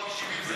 זה הסעיף.